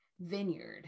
vineyard